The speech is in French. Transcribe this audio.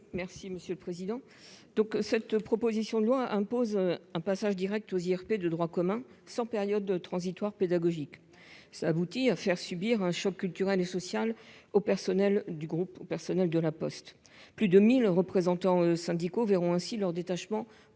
Mme Corinne Féret. Cette proposition de loi impose un passage direct aux IRP de droit commun sans période transitoire « pédagogique ». Cela aboutit à faire subir un choc culturel et social aux personnels de La Poste. Plus de mille représentants syndicaux verront ainsi leur détachement